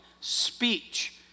speech